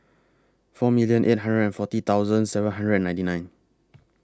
four million eight hundred and forty thousand seven hundred and ninety nine